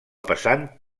pesant